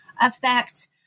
affect